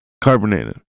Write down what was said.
carbonated